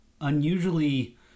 unusually